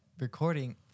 recording